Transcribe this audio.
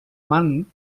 man